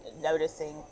noticing